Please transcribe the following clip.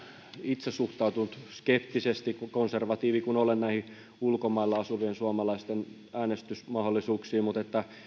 itse suhtautunut skeptisesti konservatiivi kun olen näihin ulkomailla asuvien suomalaisten äänestysmahdollisuuksiin mutta